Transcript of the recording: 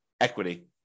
equity